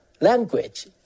language